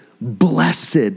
blessed